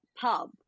pub